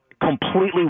Completely